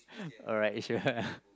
alright it should